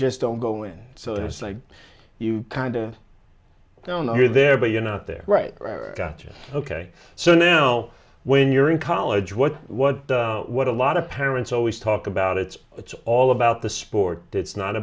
just don't go in so it's like you kind of now know you're there but you're not there right ok so now when you're in college what what what a lot of parents always talk about it's it's all about the sport it's not